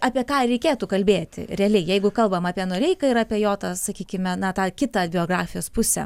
apie ką reikėtų kalbėti realiai jeigu kalbam apie noreiką ir apie jo tą sakykime na tą kitą biografijos pusę